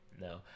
No